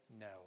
no